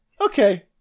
okay